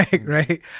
Right